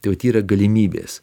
tai vat yra galimybės